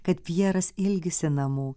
kad pjeras ilgisi namų